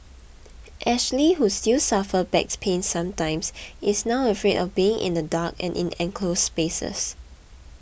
Ashley who still suffers back pains sometimes is now afraid of being in the dark and in enclosed spaces